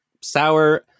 sour